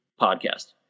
podcast